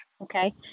Okay